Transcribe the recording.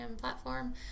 platform